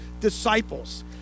disciples